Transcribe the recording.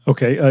Okay